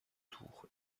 tours